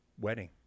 wedding